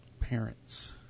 Parents